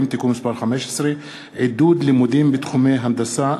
(תיקון מס' 15) (עידוד לימודים בתחומי ההנדסה,